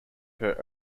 her